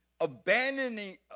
abandoning